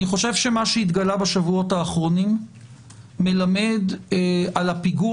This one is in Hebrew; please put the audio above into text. אני חושב שמה שהתגלה בשבועות האחרונים מלמד על הפיגור